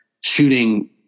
shooting